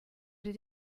did